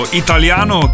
italiano